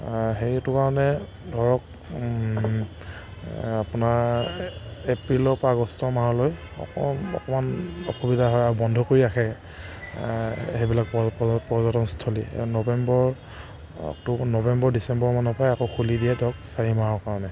সেইটো কাৰণে ধৰক আপোনাৰ এপ্ৰিলৰ পৰা আগষ্ট মাহলৈ অকণ অকণমান অসুবিধা হয় আৰু বন্ধ কৰি ৰাখে সেইবিলাক পৰ্যটনস্থলী নৱেম্বৰ অক্টোবৰ নৱেম্বৰ ডিচেম্বৰ মানৰ পৰাই আকৌ খুলি দিয়ে ধৰক চাৰি মাহৰ কাৰণে